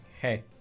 Hey